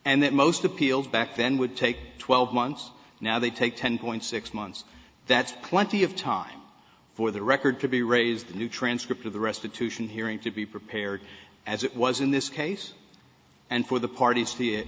and that most appeals back then would take twelve months now they take to one point six months that's plenty of time for the record to be raised new transcript of the restitution hearing to be prepared as it was in this case and for the parties